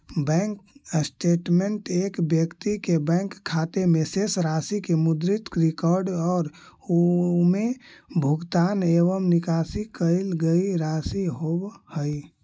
bank statement एक व्यक्ति के बैंक खाते में शेष राशि के मुद्रित रिकॉर्ड और उमें भुगतान एवं निकाशी कईल गई राशि होव हइ